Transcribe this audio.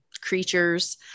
creatures